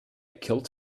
killed